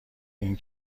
این